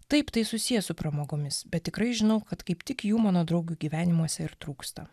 taip tai susiję su pramogomis bet tikrai žinau kad kaip tik jų mano draugių gyvenimuose ir trūksta